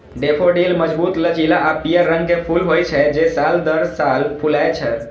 daffodil मजबूत, लचीला आ पीयर रंग के फूल होइ छै, जे साल दर साल फुलाय छै